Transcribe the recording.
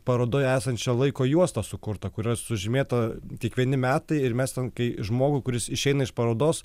parodoj esančią laiko juostą sukurtą kurioj sužymėta kiekvieni metai ir mes ten kai žmogų kuris išeina iš parodos